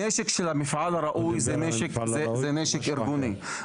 הנשק של המפעל הראוי זה נשק ארגוני.